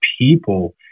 people